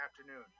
Afternoon